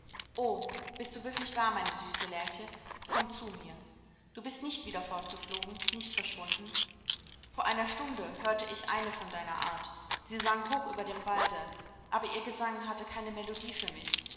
bist du wirklich da meine süße lerche komm zu mir du bist nicht wieder fortgeflogen nicht verschwunden vor einer stunde hörte ich eine von deiner art sie sang hoch über dem walde aber ihr gesang hatte keine melodie für mich